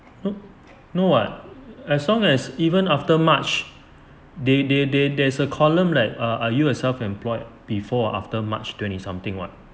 oh no [what] as long as even after march they they they there's a column like ah are you a self employed before or after march twenty something [what]